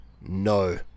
no